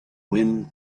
wind